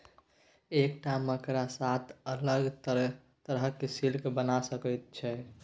एकटा मकड़ा सात अलग तरहक सिल्क बना सकैत छै